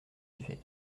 divers